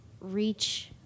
reach